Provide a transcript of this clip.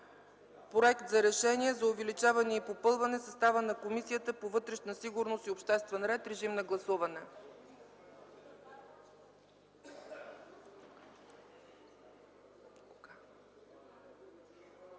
Проект за решение за увеличаване и попълване състава на Комисията по вътрешна сигурност и обществен ред. Гласували